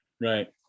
right